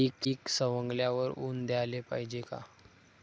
पीक सवंगल्यावर ऊन द्याले पायजे का?